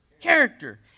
character